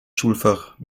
schulfach